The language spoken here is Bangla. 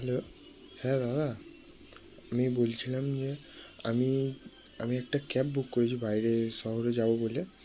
হ্যালো হ্যাঁ দাদা আমি বলছিলাম যে আমি আমি একটা ক্যাব বুক করেছি বাইরে শহরে যাবো বলে